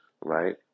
right